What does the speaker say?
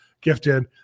gifted